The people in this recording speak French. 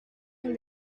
une